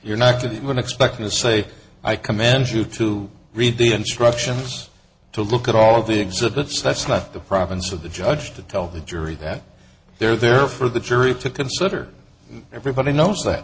you're not to even expect me to say i command you to read the instructions to look at all the exhibits that's not the province of the judge to tell the jury that they're there for the jury to consider everybody knows that